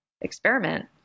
experiment